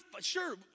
sure